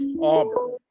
Auburn